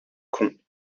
con